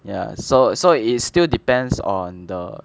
ya so so it still depends on the